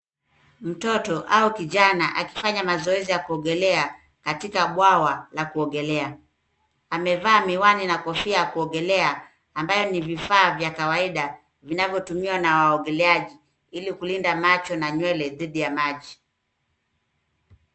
Mtoto au kijana akifanya mazoezi ya kuogelea katika bwawa la kuogelea. Amevaa miwani na kofia ya kuogelea ambayo ni vifaa vya kawaida vinavyotumiwa na waogeleaji ili kulinda macho na nywele dhidi ya maji.